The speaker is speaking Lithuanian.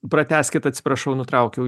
pratęskit atsiprašau nutraukiau